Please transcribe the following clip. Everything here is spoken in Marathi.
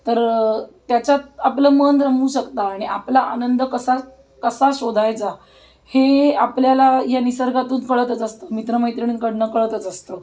तर त्याच्यात आपलं मन रमवू शकता आणि आपला आनंद कसा कसा शोधायचा हे आपल्याला या निसर्गातून कळतच असतं मित्रमैत्रिणींकडून कळतच असतं